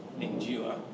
endure